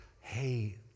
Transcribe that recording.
hey